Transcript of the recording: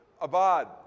abad